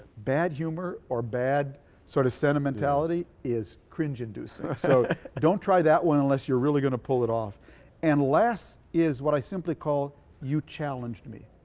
bad humor or bad sort of sentimentality is cringe-inducing so don't try that one unless you're really gonna pull it off and last is what i simply call you challenged me.